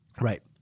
Right